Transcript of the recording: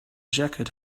jacket